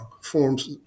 forms